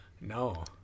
No